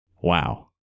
Wow